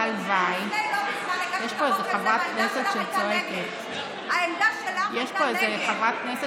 לא מזמן הגשתי את החוק הזה והעמדה שלך הייתה נגד.